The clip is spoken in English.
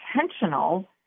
intentional